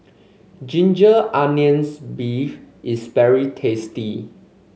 Ginger Onions beef is very tasty